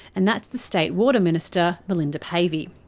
and that's the state water minister melinda pavey.